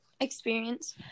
experience